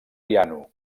piano